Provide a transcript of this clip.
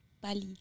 Bali